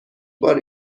بار